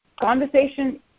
conversation